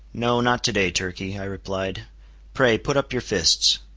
no, not to-day, turkey, i replied pray, put up your fists.